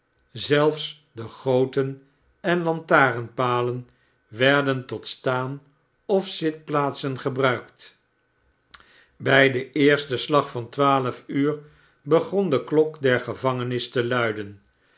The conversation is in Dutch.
zelfs de goten en lantarenpalen werden tot staan enzitplaaten gebruikt bij den eersten slag van twaalf uur begon de klok der gevangenis i e luiden